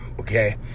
okay